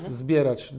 zbierać